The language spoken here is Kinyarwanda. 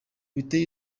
biteye